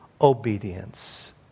obedience